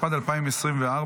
התשפ"ד 2024,